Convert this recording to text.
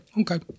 okay